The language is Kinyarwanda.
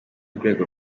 rwego